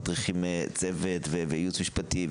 מטריחים צוות וייעוץ משפטי,